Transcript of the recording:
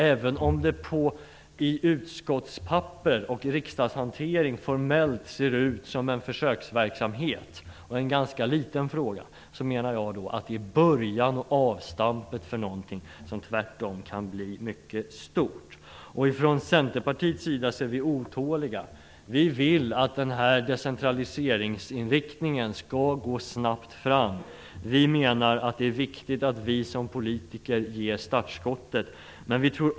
Även om det i utskottspapper och riksdagshantering formellt ser ut som en försöksverksamhet och en ganska liten fråga menar jag att det här är en början, en avstamp till något som tvärtom kan bli mycket stort. Från Centerpartiets sida är vi otåliga. Vi vill att den här decentraliseringsinriktningen skall gå snabbt framåt. Vi menar att det är viktigt att vi som politiker ger startskottet.